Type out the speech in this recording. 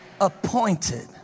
appointed